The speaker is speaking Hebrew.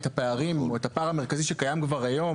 הפערים, או את הפער המרכזי שקיים כבר היום.